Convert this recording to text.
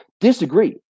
disagree